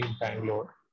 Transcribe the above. Bangalore